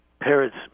parents